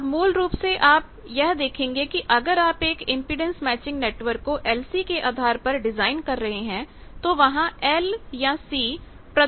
अब मूल रूप से आप यह देखेंगे कि अगर आप एक इंपेडेंस मैचिंग नेटवर्क को LC के आधार पर डिजाइन कर रहे हैं तो वहां L या C प्रतिबाधाएं हैं